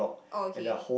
okay